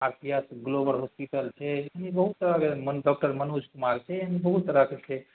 आओ पिआस global hospital छै एनाहिए बहुत तरहके मने डॉकटर मनोज कुमार छै एनाहिए बहुत तरहके छै